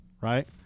right